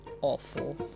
awful